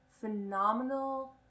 phenomenal